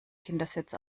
kindersitz